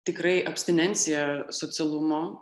tikrai abstinenciją socialumo